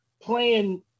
playing